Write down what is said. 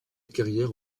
carrière